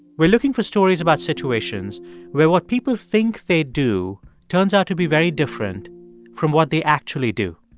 we're looking for stories about situations where what people think they do turns out to be very different from what they actually do.